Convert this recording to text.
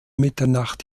mitternacht